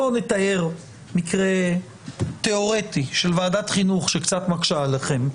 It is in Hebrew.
נתאר מקרה תיאורטי של ועדת חינוך שקצת מקשה עליכם,